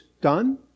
done